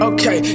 Okay